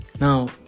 Now